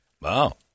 Wow